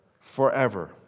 Forever